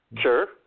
Sure